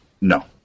No